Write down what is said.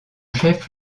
chef